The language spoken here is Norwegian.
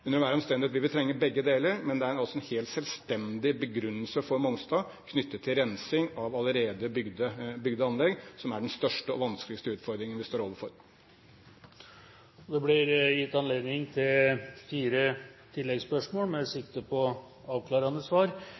vi trenge begge deler, men det er altså en helt selvstendig begrunnelse for Mongstad knyttet til rensing av allerede bygde anlegg, som er den største og vanskeligste utfordringen vi står overfor. Det blir gitt anledning til fire oppfølgingsspørsmål med sikte på avklarende svar